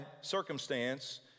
circumstance